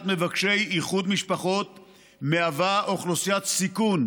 מבקשי איחוד משפחות מהווה אוכלוסיית סיכון